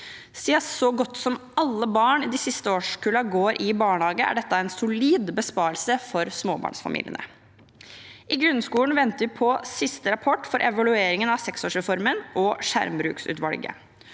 Siden så godt som alle barn i de siste årskullene går i barnehage, er dette en solid besparelse for småbarnsfamiliene. I grunnskolen venter vi på siste rapport fra evalueringen av seksårsreformen og på skjermbruksutvalget.